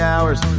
Hours